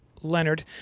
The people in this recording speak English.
Leonard